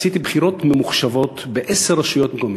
עשיתי בחירות ממוחשבות בעשר רשויות מקומיות.